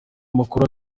amakuru